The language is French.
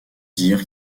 dire